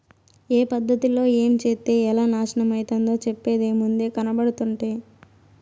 ఏ పద్ధతిలో ఏంచేత్తే ఎలా నాశనమైతందో చెప్పేదేముంది, కనబడుతంటే